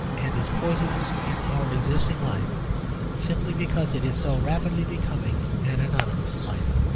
and is poisonous in our existing life simply because it is so rapidly becoming an anonymous life.